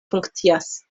funkcias